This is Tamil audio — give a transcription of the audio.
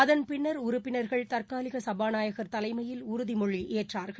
அதன் பின்னா் உறுப்பினர்கள் தற்காலிக சபாநாயகர் தலைமையில் உறுதிமொழி ஏற்றார்கள்